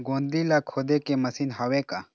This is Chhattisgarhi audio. गोंदली ला खोदे के मशीन हावे का?